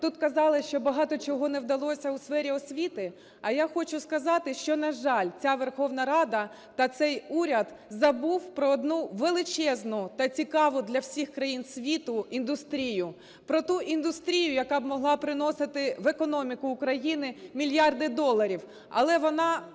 тут казали, що багато чого не вдалося у сфері освіти. А я хочу сказати, що, на жаль, ця Верховна Рада та цей уряд забув про одну величезну та цікаву для всіх країн світу індустрію. Про ту індустрію, яка б могла приносити в економіку України мільярди доларів, але вона,